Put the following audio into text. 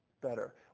better